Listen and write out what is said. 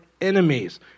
enemies